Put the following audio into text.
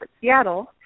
Seattle